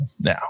Now